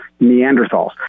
Neanderthals